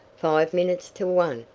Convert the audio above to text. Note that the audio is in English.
five minutes to one,